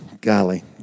Golly